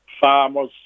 farmers